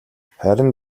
харин